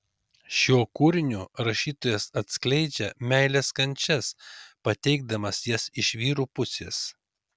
šiuo kūriniu rašytojas atskleidžia meilės kančias pateikdamas jas iš vyrų pusės